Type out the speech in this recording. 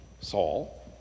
Saul